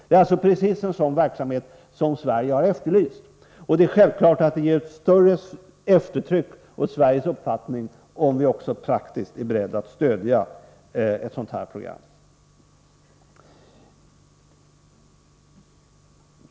Det är alltså precis en sådan verksamhet som Sverige har efterlyst, och det är självklart att det ger större eftertryck åt Sveriges uppfattning, om vi även praktiskt är beredda att stödja ett sådant här program.